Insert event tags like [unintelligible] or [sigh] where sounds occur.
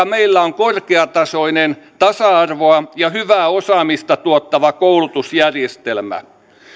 [unintelligible] meillä on korkeatasoinen tasa arvoa ja hyvää osaamista tuottava koulutusjärjestelmä